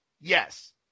Yes